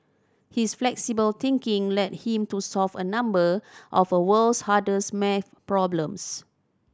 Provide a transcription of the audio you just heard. his flexible thinking led him to solve a number of world's hardest maths problems